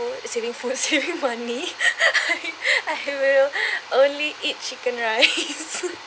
food saving foods saving money I I will only eat chicken rice